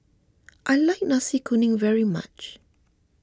I like Nasi Kuning very much